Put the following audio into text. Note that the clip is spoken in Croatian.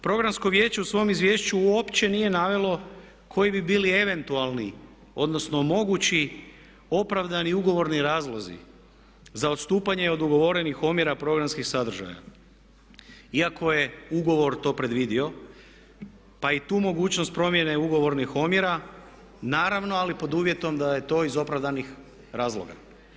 Programsko vijeće u svom izvješću uopće nije navelo koji bi bili eventualni odnosno mogući opravdani ugovorni razlozi za odstupanje od ugovorenih omjera programskih sadržaja iako je ugovor to predvidio pa i tu mogućnost promjene ugovornih omjera naravno ali pod uvjetom da je to iz opravdanih razloga.